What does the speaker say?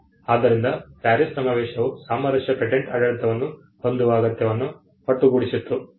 ಆದ್ದರಿಂದ ಪ್ಯಾರಿಸ್ ಸಮಾವೇಶವು ಸಾಮರಸ್ಯದ ಪೇಟೆಂಟ್ ಆಡಳಿತವನ್ನು ಹೊಂದುವ ಅಗತ್ಯವನ್ನು ಒಟ್ಟುಗೂಡಿಸಿತು